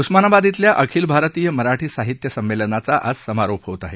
उस्मानाबाद इथल्या अखिल भारतीय मराठी साहित्य संमेलनाचा आज समारोप होत आहे